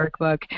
workbook